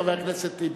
חבר הכנסת טיבי.